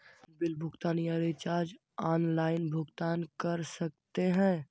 Bill भुगतान या recharge online भुगतान कर सकते हैं?